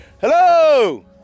Hello